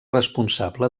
responsable